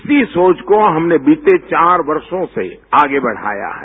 इसी सोच को हमने बीते चार वर्षों से आगे बढ़ाया है